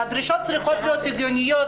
הדרישות צריכות להיות הגיוניות.